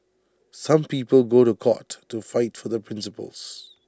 some people go to court to fight for their principles